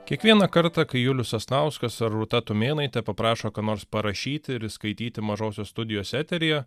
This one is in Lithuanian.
kiekvieną kartą kai julius sasnauskas ar rūta tumėnaitė paprašo ką nors parašyti ir skaityti mažosios studijos eteryje